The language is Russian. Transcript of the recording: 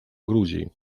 грузии